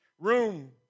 room